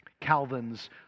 Calvin's